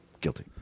guilty